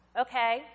okay